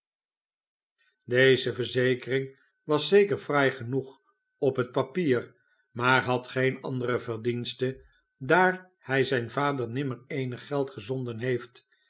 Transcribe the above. deze verzekering was zeker fraai genoeg op het papier maar had geen andere verdienste daar hij zijn vader nimmer eenig geld gezonden heoft